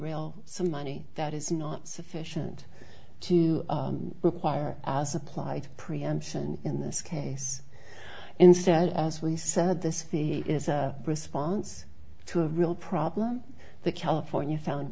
real some money that is not sufficient to require our supply preemption in this case instead as we said this is a response to a real problem the california found